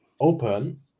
open